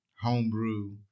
homebrew